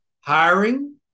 hiring